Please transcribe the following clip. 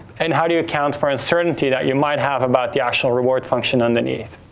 and how do you count for uncertainty that you might have about the actual reward function underneath?